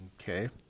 Okay